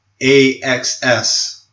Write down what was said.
AXS